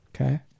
okay